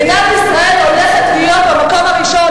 מדינת ישראל הולכת להיות במקום הראשון,